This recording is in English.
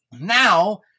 Now